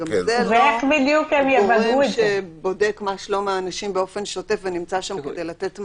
זה לא גורם שבודק מה שלום האנשים באופן שוטף ונמצא שם כדי לתת מענה.